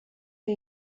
que